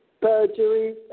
perjury